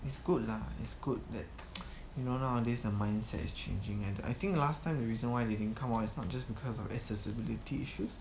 it's good lah it's good that you know nowadays the mindset is changing and I think last time the reason why they didn't come out it's not just because of accessibility issues